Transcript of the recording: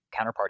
counterparty